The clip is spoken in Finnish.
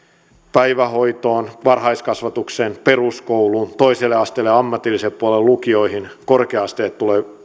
päivähoitoon varhaiskasvatukseen peruskouluun toiselle asteelle ammatilliselle puolelle ja lukioihin sekä korkea asteelle